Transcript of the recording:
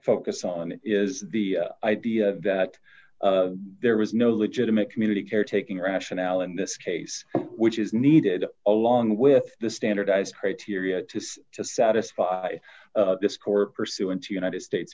focus on is the idea that there was no legitimate community caretaking rationale in this case which is needed along with the standardized criteria to to satisfy this court pursuant to united states